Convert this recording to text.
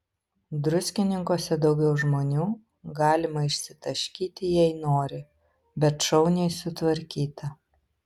druskininkuose daugiau žmonių galima išsitaškyti jei nori bet šauniai sutvarkyta